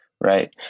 right